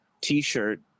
T-shirt